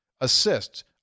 Assists